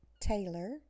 Taylor